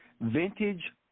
Vintage